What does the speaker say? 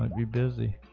would be busy